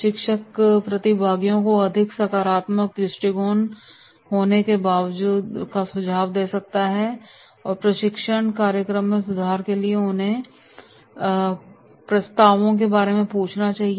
प्रशिक्षक प्रतिभागियों को अधिक सकारात्मक दृष्टिकोण होने का सुझाव दे सकता है और प्रशिक्षण कार्यक्रम में सुधार के लिए उनके प्रस्तावों के बारे में पूछना चाहिए